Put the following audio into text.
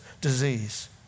disease